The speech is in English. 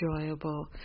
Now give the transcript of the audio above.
enjoyable